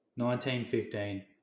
1915